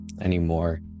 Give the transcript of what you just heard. anymore